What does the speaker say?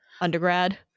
undergrad